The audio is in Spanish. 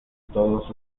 todos